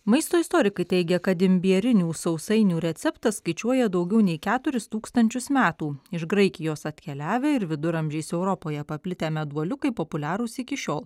maisto istorikai teigia kad imbierinių sausainių receptas skaičiuoja daugiau nei keturis tūkstančius metų iš graikijos atkeliavę ir viduramžiais europoje paplitę meduoliukai populiarūs iki šiol